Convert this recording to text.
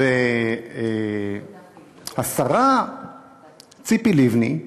אז השרה ציפי לבני,